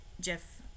Jeff